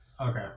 Okay